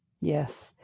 Yes